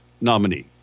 nominee